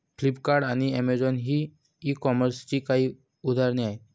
Flipkart आणि Amazon ही e कॉमर्सची काही उदाहरणे आहे